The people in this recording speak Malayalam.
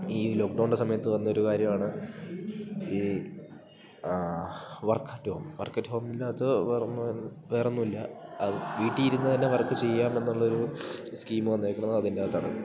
ഈ ലോക്ക്ഡൗൺൻ്റെ സമയത്ത് വന്നൊരു കാര്യവാണ് ഈ വർക്ക് അറ്റ്ഹോം വർക്ക് അറ്റ് ഹോമിനാത്ത് വേറൊന്നും വേറൊന്നുല്ല അത് വീട്ടീരുന്ന് തന്നെ വർക്ക് ചെയ്യാം എന്നുള്ളൊരു സ്കീമ് വന്നേക്കണത് അതിൻ്റാതാണ്